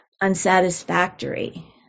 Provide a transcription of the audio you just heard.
unsatisfactory